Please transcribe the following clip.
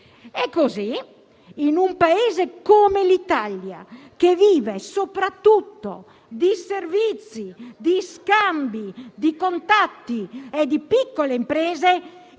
E così, in un Paese come l'Italia, che vive soprattutto di servizi, di scambi, di contatti e di piccole imprese,